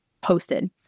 posted